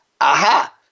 Aha